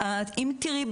אם תראי,